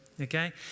okay